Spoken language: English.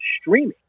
streaming